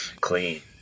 Clean